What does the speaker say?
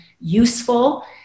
useful